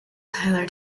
tyler